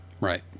Right